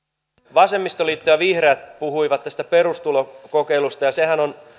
vasemmistoliitto ja vihreät puhuivat tästä perustulokokeilusta ja sehän on